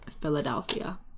Philadelphia